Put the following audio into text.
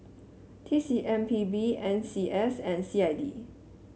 T C M P B N C S and C I D